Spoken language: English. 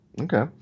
Okay